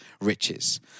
riches